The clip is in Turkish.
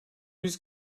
yüz